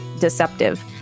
deceptive